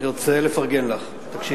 אני רוצה לפרגן לך, תקשיבי,